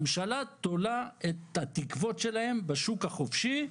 הממשלה תולה את התקווה שלהם בשוק החופשי,